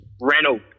Reynolds